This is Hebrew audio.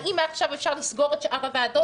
האם מעכשיו אפשר לסגור את שאר הוועדות?